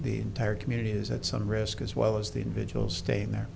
the entire community is at some risk as well as the individual staying there